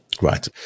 Right